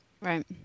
Right